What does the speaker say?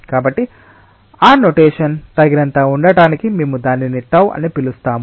కాబట్టి ఆ నొటేషన్ తగినంత ఉండటానికి మేము దానిని టౌ అని పిలుస్తాము